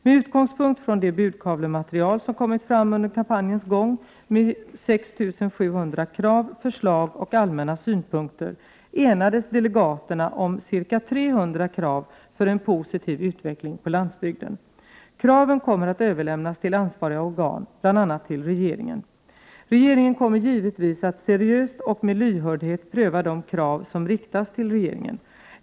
Med utgångspunkt från det budkavlematerial som kommit fram under kampanjens gång — med 6 700 krav, förslag och allmänna synpunkter — enades delegaterna om ca 300 krav för en positiv utveckling på landsbygden. Kraven kommer att överlämnas till ansvariga organ, bl.a. till regeringen. Vi kommer givetvis att seriöst och med lyhördhet pröva de krav som riktas till regeringen.